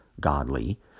godly